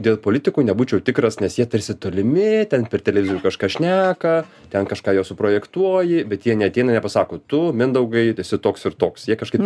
dėl politikų nebūčiau tikras nes jie tarsi tolimi ten per televizorių kažką šneka ten kažką juos suprojektuoji bet jie neateina nepasako tu mindaugai esi toks ir toks jie kažkaip